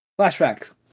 Flashbacks